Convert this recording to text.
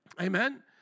Amen